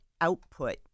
output